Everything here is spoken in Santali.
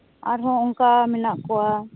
ᱟᱨᱦᱚᱸ ᱚᱱᱠᱟ ᱢᱮᱱᱟᱜ ᱠᱚᱣᱟ